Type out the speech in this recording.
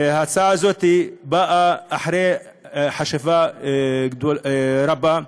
ההצעה הזאת באה אחרי חשיבה רבה.